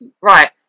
right